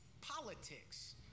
politics